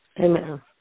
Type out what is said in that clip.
Amen